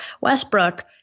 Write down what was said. Westbrook